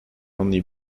only